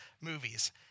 movies